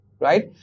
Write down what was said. right